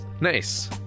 Nice